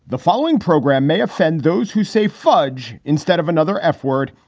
the following program may offend those who say fudge instead of another f word.